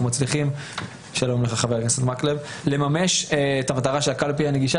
מצליחים לממש את המטרה של הקלפי הנגישה